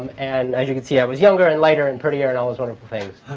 and and as you can see, i was younger and lighter and prettier and all those wonderful things.